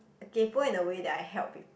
kaypo in the way that I help with